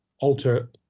alter